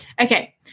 okay